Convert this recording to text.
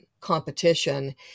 competition